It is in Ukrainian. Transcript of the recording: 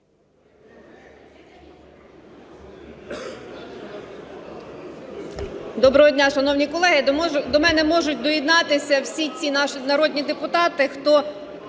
Доброго дня, шановні колеги! До мене можуть доєднатися всі ті народні депутати, хто